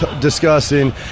discussing